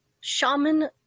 Shaman